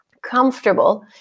comfortable